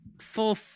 full